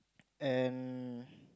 and